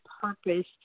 purpose